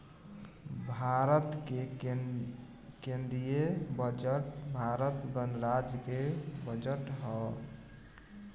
भारत के केंदीय बजट भारत गणराज्य के बजट ह